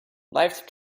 lifes